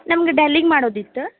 ನಮ್ಗೆ ಡೆಲ್ಲಿಗೆ ಮಾಡೋದಿತ್ತು